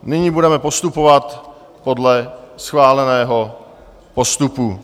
Nyní budeme postupovat podle schváleného postupu.